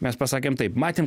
mes pasakėm taip matėm